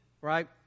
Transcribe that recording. right